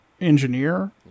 engineer